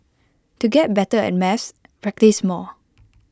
to get better at maths practise more